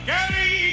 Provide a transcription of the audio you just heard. Gary